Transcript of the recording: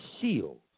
shield